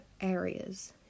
areas